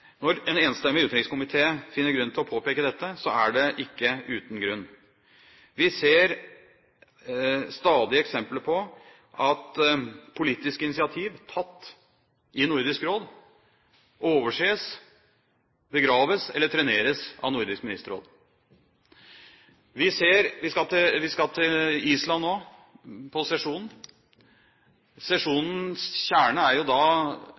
Når en enstemmig utenrikskomité finner grunn til å måtte påpeke dette, er det ikke uten grunn. Vi ser stadig eksempler på at politisk initiativ tatt i Nordisk Råd overses, begraves eller treneres av Nordisk Ministerråd. Vi skal til Island nå på sesjon. Sesjonens kjerne er da